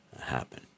happen